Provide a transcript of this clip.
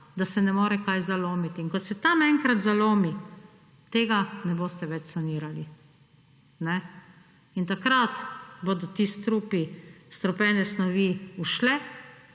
da se ne more kaj zalomiti. In ko se tam enkrat zalomi, tega ne boste več sanirali. Takrat bodo ti strupi, strupene snovi ušle